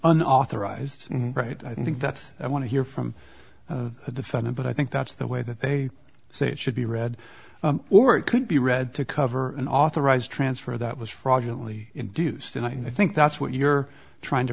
an authorized write i think that i want to hear from the defendant but i think that's the way that they say it should be read or it could be read to cover an authorized transfer that was fraudulent induced and i think that's what you're trying to